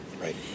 Right